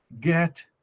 get